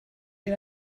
you